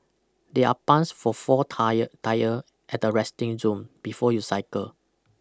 there are puns for four tyre tyre at the resting zone before you cycle